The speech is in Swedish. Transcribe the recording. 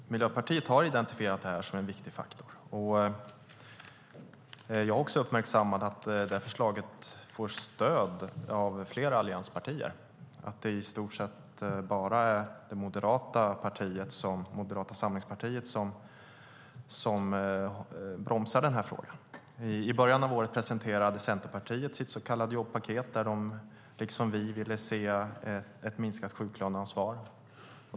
Miljöpartiet har identifierat det här som en viktig faktor. Jag har också uppmärksammat att det här förslaget får stöd av flera allianspartier, att det i stort sett bara är Moderata samlingspartiet som bromsar i frågan. I början av året presenterade Centerpartiet sitt så kallade jobbpaket. De vill liksom vi se ett minskat sjuklöneansvar.